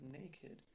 Naked